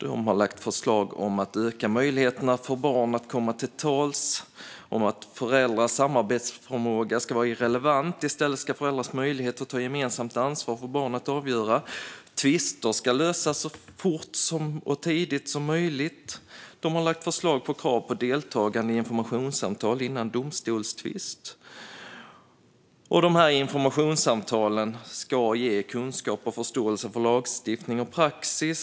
De har lagt förslag om att öka möjligheterna för barn att komma till tals och att föräldrars samarbetsförmåga ska vara irrelevant. I stället ska föräldrars möjlighet att ta gemensamt ansvar för barnet avgöra. Tvister ska lösas så tidigt och fort som möjligt. Utredningen har även lagt förslag om krav på deltagande i informationssamtal före domstolstvist. Dessa informationssamtal ska ge kunskap och förståelse för lagstiftning och praxis.